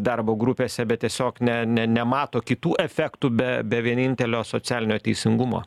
darbo grupėse bet tiesiog ne ne nemato kitų efektų be be vienintelio socialinio teisingumo